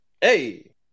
Hey